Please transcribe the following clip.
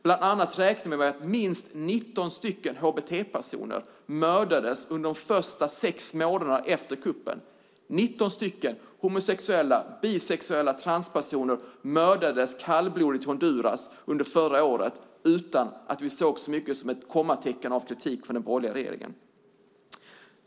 Bland annat räknar vi med att minst 19 hbt-personer mördades under de sex första månaderna efter kuppen. Det var alltså 19 homosexuella, bisexuella eller transpersoner som kallblodigt mördades i Honduras under förra året utan att vi såg så mycket som ett kommatecken av kritik från den borgerliga regeringen.